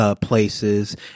Places